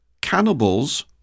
Cannibals